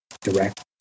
direct